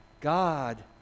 God